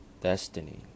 destiny